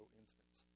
instance